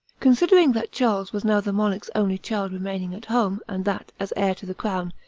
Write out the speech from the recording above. considering that charles was now the monarch's only child remaining at home, and that, as heir to the crown,